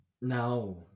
No